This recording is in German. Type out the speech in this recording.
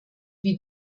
wie